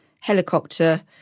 helicopter